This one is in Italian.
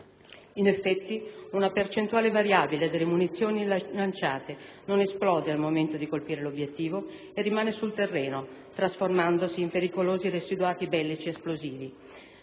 In effetti, una percentuale variabile delle munizioni lanciate non esplode al momento di colpire l'obiettivo e rimane sul terreno, trasformandosi in pericolosi residuati bellici esplosivi,